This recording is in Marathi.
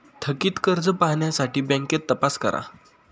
थकित कर्ज पाहण्यासाठी बँकेत तपास करा